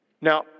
Now